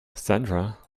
sandra